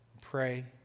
pray